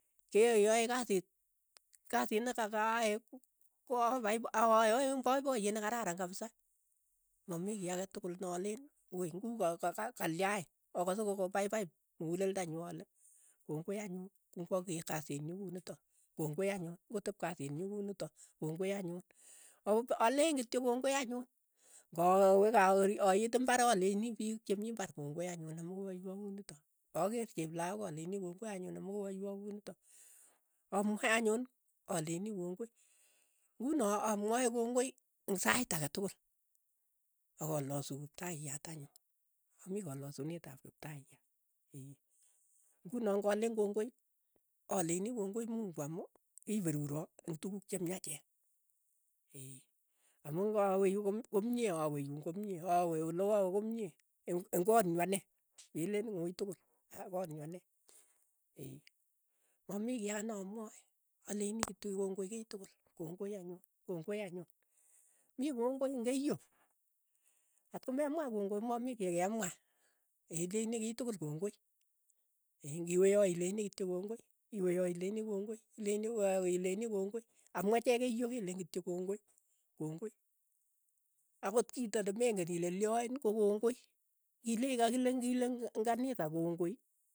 Ke yae, yae kasit kasiit ne ka kayae ak ayae eng' poipoyeet ne kararan kapsa, mamii kiy ake tukul ne aleen woi ngu ka- ka- kalyain, akase ko pa- pa- pai mukuleldo nyu ale kongoi anyun, ingwa peet kasiit nyuu ne unitok, kongoi anyun, ng'otep kasit kasit nyii kunitok, kongoi anyun, ako alen kityok kongoi anyun, kawe a- ait imbar aleini piik che mi imbar kongoi anyun amu ko aywa ko unitok, akeer cheplakok aleeini kongoi amu koaywa kunitok. amwae anyun aleini kongoi, nguno amwae kongoi eng' sait ake tukul, ak alasu kiptaiyat ane, mi kalasuneet ap kiptayat. eeh, nguno ng'aleen kongoi aleini kongoi mungu amu kiperuro ing' tukuk che myachen, eee, amu kawe yu komie, awe yuun komie, awe ole kawe komie. eng'-eng' koot nyu anee, meleen koitukul, aa koot nyuu ane eeh, mamii kiy ake ne amwae, aleini kityo kongoi kiy tukul, kongoi anyun, kongoi anyun, mi kongoi eng keiyo, ng'ot ko memwai kongoi ko mamii kiy ke mwaa, ileini kiy tukul kongoi, eeh, ng'iwe yoo ileini kongoi, iwe yaa ileini kongoi. ileini ko ileini kongoi, amu achek keiyo keleen kityo kongoi, kongoi akot chito nimeng'een ile lyooin ko kongoi, ileichi kakile ng'ile eng kanisa kongoi.